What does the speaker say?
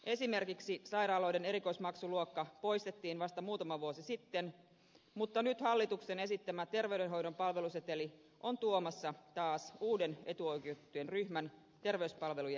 esimerkiksi sairaaloiden erikoismaksuluokka poistettiin vasta muutama vuosi sitten mutta nyt hallituksen esittämä terveydenhoidon palveluseteli on tuomassa taas uuden etuoikeutettujen ryhmän terveyspalvelujen käyttäjiin